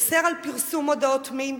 אוסר פרסום מודעות מין,